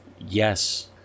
Yes